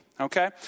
okay